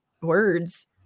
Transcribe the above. words